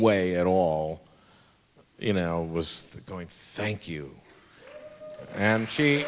way at all you know was going think you and she